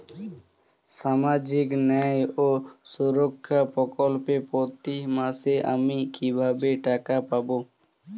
সামাজিক ন্যায় ও সুরক্ষা প্রকল্পে প্রতি মাসে আমি কিভাবে টাকা পাবো?